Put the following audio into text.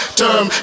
term